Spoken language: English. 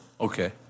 Okay